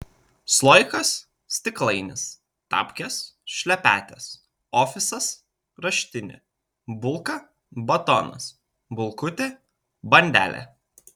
sloikas stiklainis tapkės šlepetės ofisas raštinė bulka batonas bulkutė bandelė